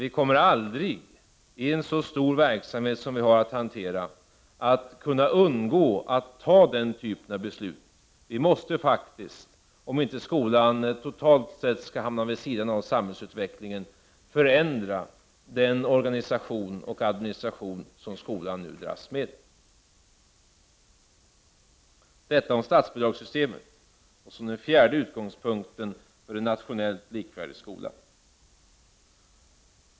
Vi kommer ändå aldrig, i hanteringen av en så stor verksamhet, att kunna undgå att fatta den typen av beslut. Vi måste faktiskt, om inte skolan totalt sett skall hamna vid sidan av samhällsutvecklingen, förändra den organisation och den administration som skolan nu dras med. Det som jag nu har sagt gäller alltså statsbidragssystemet som den fjärde utgångspunkten för en nationellt likvärdig skola.